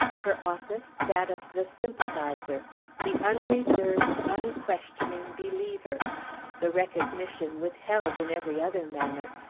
her office, that of the sympathizer the unreserved, unquestioning believer the recognition, withheld in every other manner,